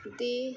এটি